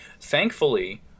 Thankfully